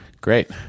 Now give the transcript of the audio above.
great